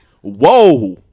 Whoa